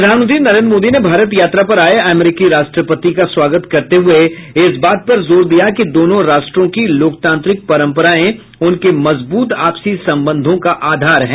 प्रधानमंत्री नरेन्द्र मोदी ने भारत यात्रा पर आये अमरीकी राष्ट्रपति का स्वागत करते हुए इस बात पर जोर दिया कि दोनों राष्ट्रों की लोकतांत्रिक परम्पराएं उनके मजबूत आपसी संबंधों का आधार हैं